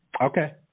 Okay